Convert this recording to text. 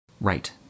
Right